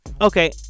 okay